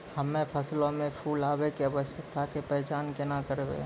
हम्मे फसलो मे फूल आबै के अवस्था के पहचान केना करबै?